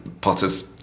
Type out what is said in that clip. Potter's